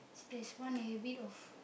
there's one a bit of